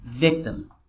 victim